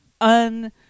un